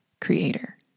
creator